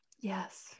yes